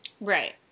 Right